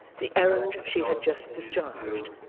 the errand she had just discharged,